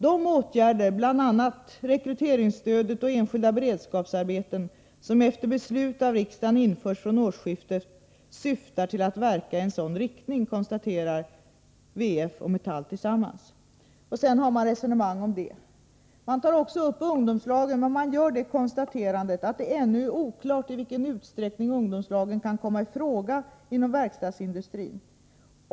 De åtgärder bl.a. särskilt rekryteringsstöd och enskilda beredskapsarbeten, som efter beslut av Riksdagen införs från årsskiftet, syftar till att verka i sådan riktning.” Detta konstaterar VF och Metall tillsammans. Och sedan för man ett resonemang om detta. Man tar också upp ungdomslagen och gör det konstaterandet att det ännu är oklart i vilken utsträckning ungdomslag kan komma i fråga inom verkstadsindustrin.